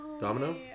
Domino